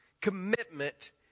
commitment